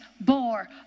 bore